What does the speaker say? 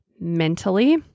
mentally